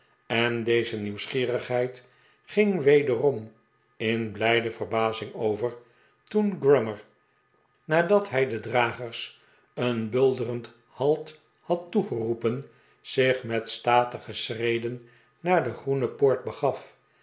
en d'eze nieuwsgierigheid ging wederom in blijde verbazing over toen grummer nadat hij den dragers een bulderend halt had toegeroepen zieh met statige schreden naar de groene poort begaf